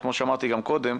וכמו שאמרתי גם קודם,